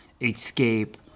escape